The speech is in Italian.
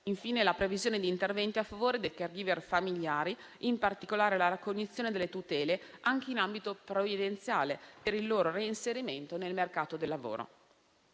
infine la previsione di interventi a favore dei *caregiver* familiari, in particolare la ricognizione delle tutele, anche in ambito previdenziale, per il loro reinserimento nel mercato del lavoro.